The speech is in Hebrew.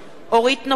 אורית נוקד,